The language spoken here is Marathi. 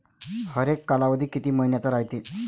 हरेक कालावधी किती मइन्याचा रायते?